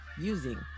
using